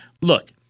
Look